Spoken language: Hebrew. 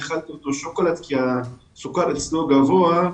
האכילה אותו שוקולד כי הסוכר אצלו גבוה,